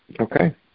Okay